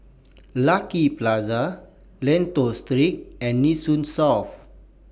Lucky Plaza Lentor Street and Nee Soon South